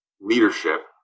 leadership